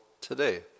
today